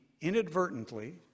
inadvertently